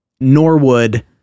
norwood